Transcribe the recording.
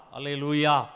Alleluia